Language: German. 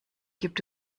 gibt